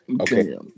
Okay